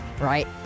right